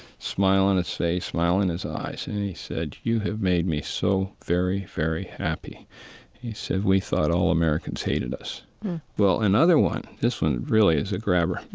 smile on his face, smile in his eyes, and he said, you have made me so very, very happy he said, we thought all americans hated us well, another one this one really is a grabber.